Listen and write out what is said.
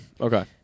okay